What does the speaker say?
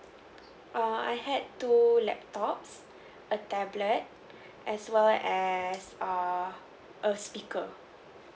err I had two laptops a tablet as well as err a speaker